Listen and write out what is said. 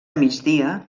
migdia